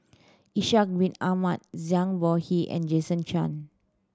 Ishak Bin Ahmad Zhang Bohe and Jason Chan